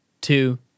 two